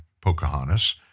Pocahontas